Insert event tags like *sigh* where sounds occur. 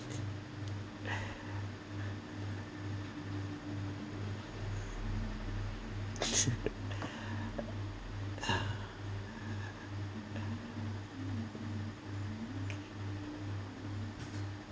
*laughs*